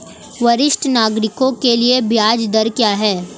वरिष्ठ नागरिकों के लिए ब्याज दर क्या हैं?